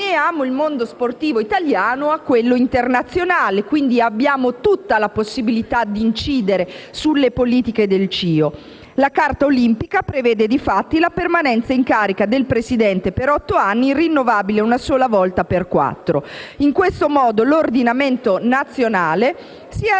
del Presidente per otto anni rinnovabile una sotto volta per quattro. In questo modo l'ordinamento nazionale si